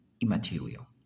immaterial